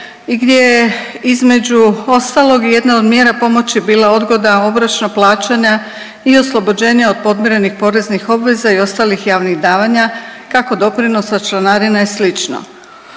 i gdje je između ostalog, i jedna od mjera pomoći bila odgoda obročnog plaćanja i oslobođenja od podmirenih poreznih obveza i ostalih javnih davanja kako doprinosa, članarine i sl.